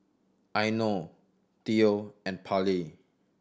Eino Theo and Pallie